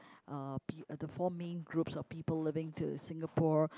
uh be uh the four main groups of people living to Singapore